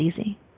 easy